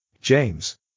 James